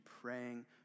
praying